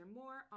more